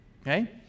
okay